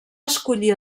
escollir